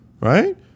right